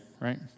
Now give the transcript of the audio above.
right